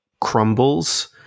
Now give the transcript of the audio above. crumbles